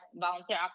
volunteer